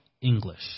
English